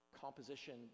composition